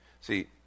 See